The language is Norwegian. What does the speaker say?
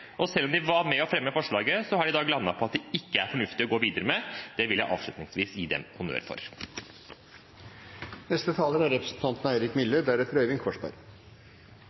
og selv om de var med og fremmet forslaget, har de i dag landet på at det ikke er fornuftig å gå videre med. Det vil jeg avslutningsvis gi dem honnør for.